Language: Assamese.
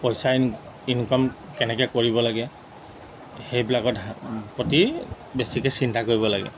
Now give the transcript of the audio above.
পইচা ইনকাম কেনেকৈ কৰিব লাগে সেইবিলাকত প্ৰতি বেছিকৈ চিন্তা কৰিব লাগে